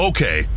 Okay